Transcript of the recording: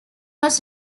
was